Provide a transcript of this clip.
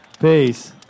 Peace